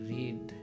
Read